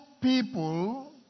people